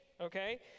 okay